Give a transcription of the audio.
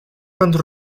pentru